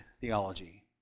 theology